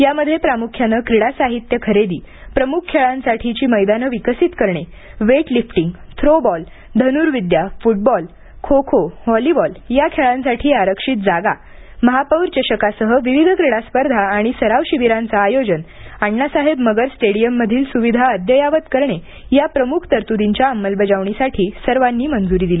यामध्ये प्रामुख्यानं क्रीडा साहित्य खरेदी प्रमुख खेळांसाठीची मैदानं विकसित करणे वेटलिफ्टिंग थ्रोबॉल धनुर्विद्या फुटबॉल खोखो व्होलीबॉल या खेळांसाठी आरक्षित जागा महापौर चषकासह विविध क्रीडा स्पर्धा आणि सराव शिबिरांचं आयोजन अण्णासाहेब मगर स्टेडियममधील सुविधा अद्ययावत करणे या प्रमुख तरतुदींच्या अंमलबजावणीसाठी सर्वांनी मंजुरी दिली